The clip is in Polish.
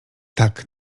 tak